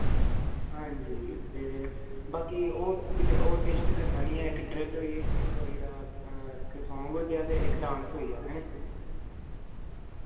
आं जी ते बाकी होर किश ते करना निं ऐ इक्क ड्रिल होई कोई सॉन्ग होइया ते इक्क डांस होई गेआ